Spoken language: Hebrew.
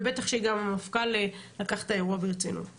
ובטח שגם המפכ"ל לקח את האירוע ברצינות.